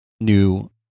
new